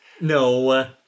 No